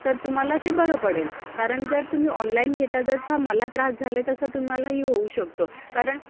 तर तुम्हाला ते बरं पडेल कारण जर तुम्ही ऑनलाईन घेता जसा मला त्रास झाला आहे तसा तुम्हालाही होऊ शकतो कारण